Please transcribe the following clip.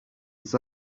was